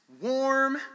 warm